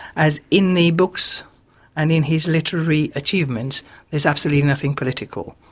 as in the books and in his literary achievements there's absolutely nothing political.